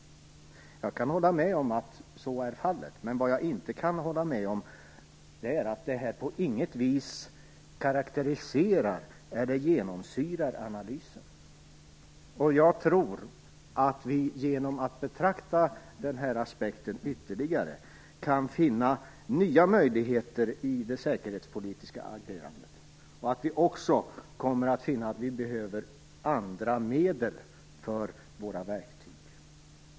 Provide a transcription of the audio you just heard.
Jag kan hålla med om att så är fallet, men jag kan inte hålla med om att detta på något vis nu skulle karakterisera eller genomsyra analysen. Jag tror att vi genom att betrakta den här aspekten ytterligare kan finna nya möjligheter i det säkerhetspolitiska agerandet och att vi också kommer att finna att vi behöver andra medel för våra verktyg.